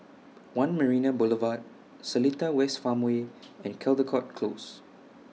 one Marina Boulevard Seletar West Farmway and Caldecott Close